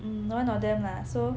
mm one of them lah so